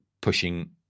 pushing